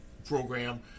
program